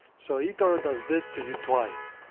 so etoro does this to you twice.